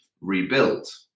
rebuilt